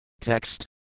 Text